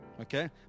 Okay